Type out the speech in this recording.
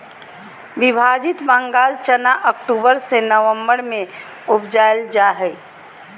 विभाजित बंगाल चना अक्टूबर से ननम्बर में उपजाल जा हइ